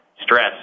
stress